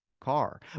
car